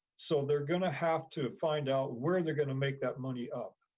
so they're gonna have to find out where they're gonna make that money up.